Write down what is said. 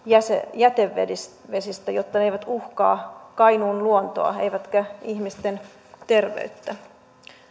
jätevesistä jätevesistä jotta ne eivät uhkaa kainuun luontoa eivätkä ihmisten terveyttä